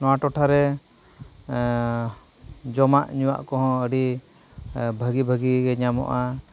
ᱱᱚᱣᱟ ᱴᱚᱴᱷᱟᱨᱮ ᱡᱚᱢᱟᱜ ᱧᱩᱣᱟᱜ ᱠᱚᱦᱚᱸ ᱟᱹᱰᱤ ᱵᱷᱟᱹᱜᱤ ᱵᱷᱟᱹᱜᱤᱜᱮ ᱧᱟᱢᱚᱜᱼᱟ